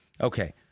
Okay